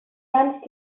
lunch